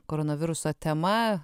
koronaviruso tema